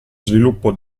sviluppo